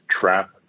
trap